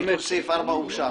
סעיף 4 אושר.